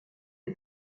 est